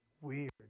weird